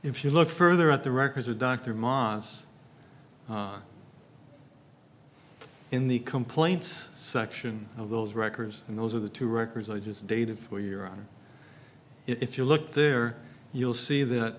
if you look further at the records of dr maz in the complaints section of those records and those are the two records i just dated for your honor if you look there you'll see th